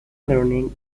learning